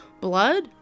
Blood